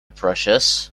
precious